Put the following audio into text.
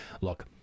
look